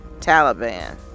taliban